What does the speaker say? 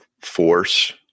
force